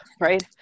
right